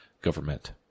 government